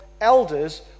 elders